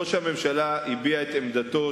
ראש הממשלה הביע את עמדתו,